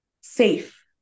safe